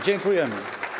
Dziękujemy.